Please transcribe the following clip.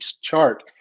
chart